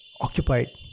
occupied